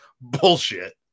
bullshit